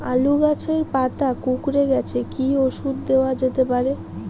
আলু গাছের পাতা কুকরে গেছে কি ঔষধ দেওয়া যেতে পারে?